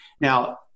now